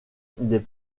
des